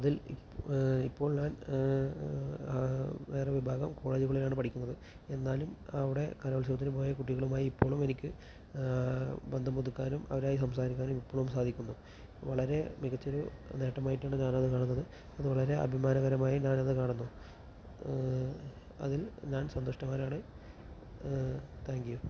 അതിൽ ഇപ്പോൾ ഞാൻ വേറെ വിഭാഗം കോളേജിനുള്ളിലാണ് പഠിക്കുന്നത് എന്നാലും അവിടെ കലോത്സവത്തിന് പോയ കുട്ടികളുമായി ഇപ്പോഴും എനിക്ക് ബന്ധം പുതുക്കാനും അവരുമായി സംസാരിക്കാനും ഇപ്പളും സാധിക്കുന്നു വളരെ മികച്ചൊരു നേട്ടമായിട്ടാണ് ഞാനത് കാണുന്നത് അത് വളരെ അഭിമാനകരമായി ഞാനത് കാണുന്നു അതിൽ ഞാൻ സന്തുഷ്ടവാനാണ് താങ്ക്യൂ